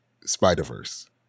Spider-Verse